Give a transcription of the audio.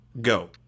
go